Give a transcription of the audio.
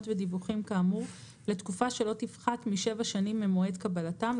ודיווחים כאמור לתקופה שלא תפחת משבע שנים ממועד קבלתם,